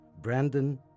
Brandon